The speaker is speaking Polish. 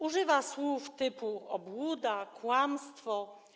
Używa słów typu obłuda, kłamstwo.